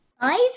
Five